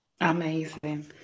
Amazing